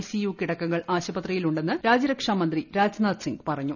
സ്കിയു കിടക്കകൾ ആശുപത്രിയിലുണ്ടെന്ന് രാജ്യരക്ഷാ മന്ത്രി രാജ്നാഥ് സിംഗ് പറഞ്ഞു